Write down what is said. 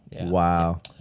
Wow